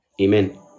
Amen